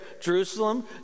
Jerusalem